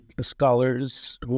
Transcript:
scholars